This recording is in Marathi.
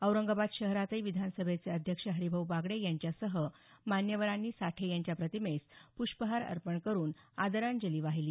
औरंगाबाद शहरातही विधानसभेचे अध्यक्ष हरीभाऊ बागडे यांच्यासह मान्यवरांनी साठे यांच्या प्रतिमेस प्ष्पहार अर्पण करून आदरांजली वाहिली